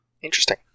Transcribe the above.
Interesting